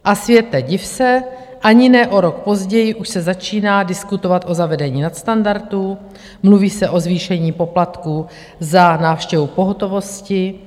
A světe, div se, ani ne o rok později už se začíná diskutovat o zavedení nadstandardů a mluví se o zvýšení poplatků za návštěvu pohotovosti.